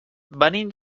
venim